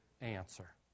answer